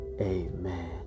Amen